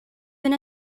been